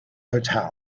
hotel